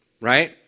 right